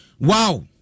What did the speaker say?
Wow